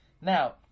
Now